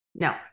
No